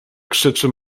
krzyczy